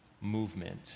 movement